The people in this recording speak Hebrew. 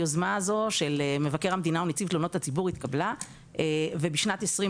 היוזמה הזו של מבקר המדינה ונציב תלונות הציבור התקבלה ובשנת 2020